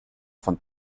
von